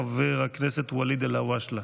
חבר הכנסת ואליד אלהואשלה.